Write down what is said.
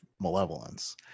malevolence